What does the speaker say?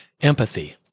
empathy